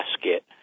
basket